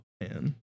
man